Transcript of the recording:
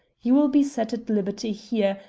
you will be set at liberty here,